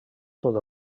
tot